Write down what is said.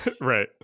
Right